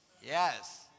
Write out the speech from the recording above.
Yes